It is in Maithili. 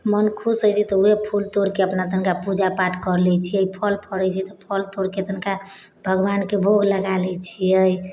मोन खुश होइ छै तऽ ओहे फूल तोड़के अपना तनिका पूजा पाठ कर लै छियै फल फड़ै छै तऽ फल तोड़के तनिका भगवानके भोग लगा लै छियै